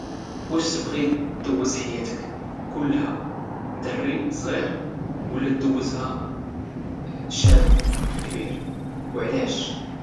واش تبغي دوز حياتك كلها دري صغير ولا دوزها شاب كبير وعلاش؟